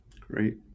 Great